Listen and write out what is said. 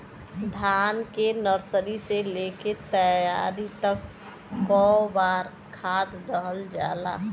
धान के नर्सरी से लेके तैयारी तक कौ बार खाद दहल जाला?